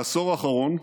בעשור האחרון,